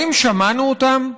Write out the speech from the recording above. האם שמענו אותן?